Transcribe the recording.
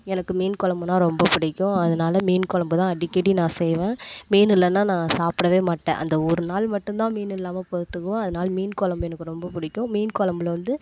எனக்கு மீன் குழம்புனா ரொம்ப பிடிக்கும் அதனால் மீன் குழம்பு தான் அடிக்கடி நான் செய்வேன் மீன் இல்லைன்னா நான் சாப்பிடவே மாட்டேன் அந்த ஒரு நாள் மட்டுந்தான் மீன் இல்லாமல் பார்த்துக்குவோம் அதனால மீன் குழம்பு எனக்கு ரொம்ப பிடிக்கும் மீன் குழம்புல வந்து